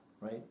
right